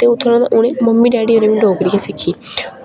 ते उत्थुआं दा मम्मी डैडी होरें बी डोगरी गै सिक्खी